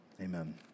amen